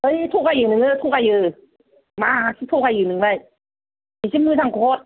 है थगायो नोङो थगायो मासि थगायो नोंलाय एसे मोजांखौ हर